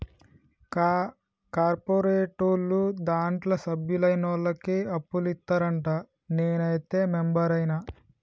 కా కార్పోరేటోళ్లు దాంట్ల సభ్యులైనోళ్లకే అప్పులిత్తరంట, నేనైతే మెంబరైన